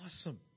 awesome